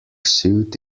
suit